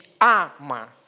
ama